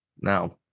now